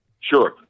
Sure